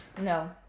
No